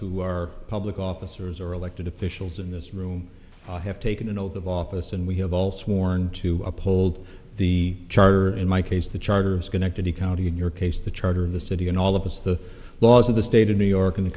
who are public officers or elected officials in this room have taken an oath of office and we have all sworn to uphold the charter in my case the charter of schenectady county in your case the charter of the city and all of us the laws of the state of new york in the